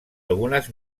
algunes